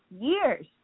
years